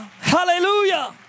Hallelujah